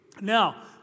Now